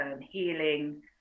healing